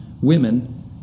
women